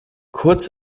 kurz